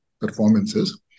performances